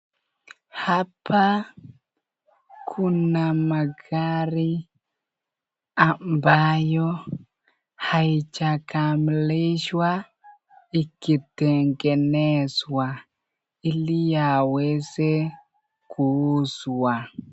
Hapa kuna magari ambayo hajakamilishwa, ikitengenezwa iliyaweze kuuzwa.